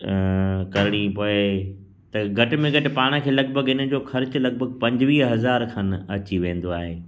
करिणी पए त घटि में घटि पाण खे लॻिभॻि हिननि जो ख़र्चु लॻिभॻि पंजवीह हज़ार खन अची वेंदो आहे